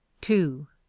two.